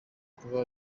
kuba